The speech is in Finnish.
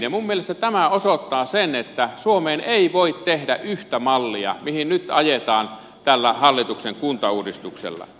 minun mielestäni tämä osoittaa sen että suomeen ei voi tehdä yhtä mallia mihin nyt ajetaan tällä hallituksen kuntauudistuksella